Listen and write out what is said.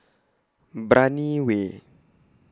Brani Way